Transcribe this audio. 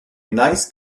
nice